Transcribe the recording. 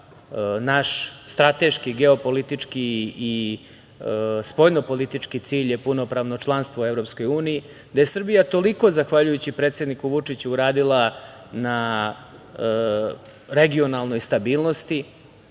naš strateški, geopolitički i spoljno politički cilj je punopravno članstvo u EU, da je Srbija toliko zahvaljujući predsedniku Vučiću uradila na regionalnoj stabilnosti,